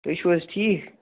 تُہۍ چھُو حظ ٹھیٖک